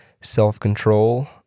self-control